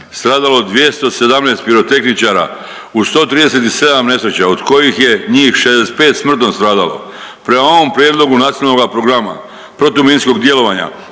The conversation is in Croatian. stradalo 217 pirotehničara u 137 nesreća, od kojih je njih 65 smrtno stradalo. Prema ovom prijedlog Nacionalnoga programa protuminskog djelovanja,